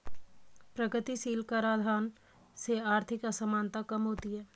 प्रगतिशील कराधान से आर्थिक असमानता कम होती है